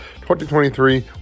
2023